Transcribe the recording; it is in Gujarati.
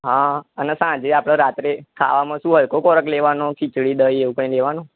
હા અને સાંજે આપણે રાત્રે ખાવામાં શું હલકો ખોરાક લેવાનો ખિચડી દહીં એવું કંઈ લેવાનું